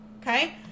okay